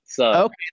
Okay